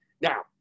Now